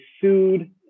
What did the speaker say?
sued